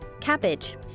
cabbage